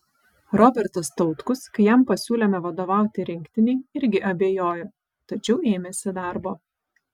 robertas tautkus kai jam pasiūlėme vadovauti rinktinei irgi abejojo tačiau ėmėsi darbo